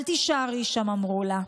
אל תישארי שם, אמרו לה.